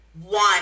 one